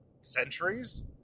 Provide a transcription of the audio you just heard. centuries